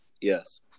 yes